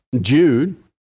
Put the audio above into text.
Jude